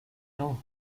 know